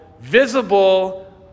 visible